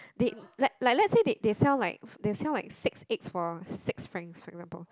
they like like let's say they sells like they sell like six eggs for six francs for example